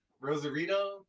Rosarito